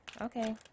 Okay